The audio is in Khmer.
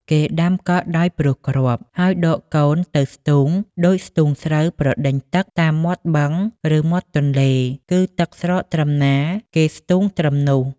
គេដាំកក់ដោយព្រោះគ្រាប់ ហើយដកកូនទៅ ស្ទូង ដូចស្ទូងស្រូវប្រដេញទឹកតាមមាត់បឹង ឬមាត់ទន្លេ គឺទឹកស្រកត្រឹមណា គេស្ទូងត្រឹមនោះ ។